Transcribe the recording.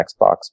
Xbox